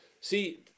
See